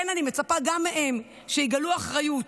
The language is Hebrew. כן, אני מצפה גם מהן שיגלו אחריות.